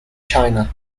china